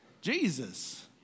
Jesus